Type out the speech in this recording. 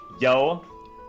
Yo